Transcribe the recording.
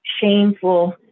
shameful